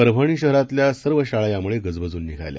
परभणीशहरातल्यासर्वशाळायामुळेगजबजूननिघाल्या